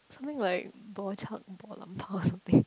something like bo chup bo lan pa or something